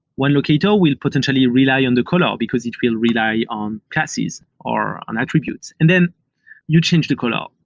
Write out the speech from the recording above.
one locator will potentially rely on the color, because it will rely yeah on classes or on attributes. and then you change the color,